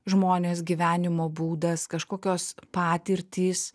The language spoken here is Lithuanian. žmonės gyvenimo būdas kažkokios patirtys